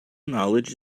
knowledge